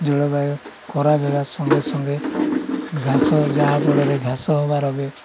ଜଳବାୟୁ ଖରାପ ହେବା ସଙ୍ଗେ ସଙ୍ଗେ ଘାସ ଯାହାଫଳରେ ଘାସ ହବାର ବି